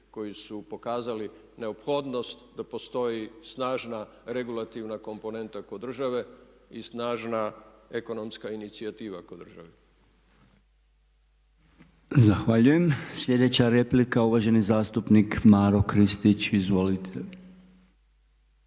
koji su pokazali neophodnost da postoji snažna regulativna komponenta kod države i snažna ekonomska inicijativa kod države. **Reiner, Željko (HDZ)** Zahvaljujem. Sljedeća replika uvaženi zastupnik Maro Kristić. Izvolite.